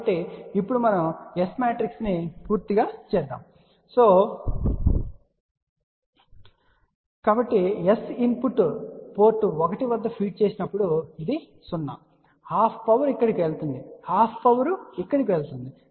కాబట్టి ఇప్పుడు మనం S మ్యాట్రిక్స్ను పూర్తి చేయగలము కాబట్టి S ఇన్పుట్ పోర్ట్ 1 వద్ద ఫీడ్ చేసినప్పుడు ఇది 0 హాఫ్ పవర్ ఇక్కడకు వెళుతుంది హాఫ్ పవర్ ఇక్కడకు వెళుతుంది